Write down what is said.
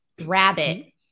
rabbit